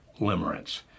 limerence